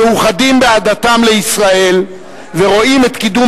המאוחדים באהדתם לישראל ורואים את קידום